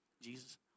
Jesus